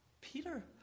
Peter